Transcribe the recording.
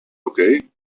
okay